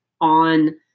on